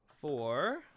Four